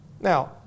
Now